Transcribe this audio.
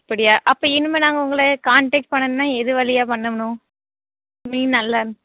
அப்படியா அப்போ இனிமேல் நாங்கள் உங்களை கான்டக்ட் பண்ணணுன்னால் எது வழியா பண்ணம்ணும் மீன் நல்லா